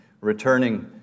returning